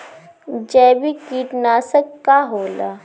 जैविक कीटनाशक का होला?